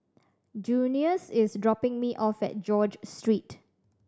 Junious is dropping me off at George Street